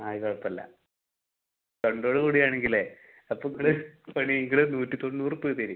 അതിന് കുഴപ്പമില്ല തണ്ടോടു കൂടിയാണെങ്കിലെ സത്യത്തിൽ വരുമെങ്കിൽ നൂറ്റി തൊണ്ണൂറ് റുപ്പയ വരും